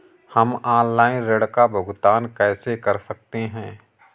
हम ऑनलाइन ऋण का भुगतान कैसे कर सकते हैं?